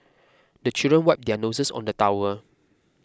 the children wipe their noses on the towel